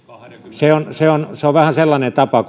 se on se on vähän sellainen tapa